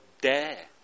dare